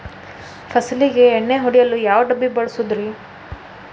ಫಸಲಿಗೆ ಎಣ್ಣೆ ಹೊಡೆಯಲು ಯಾವ ಡಬ್ಬಿ ಬಳಸುವುದರಿ?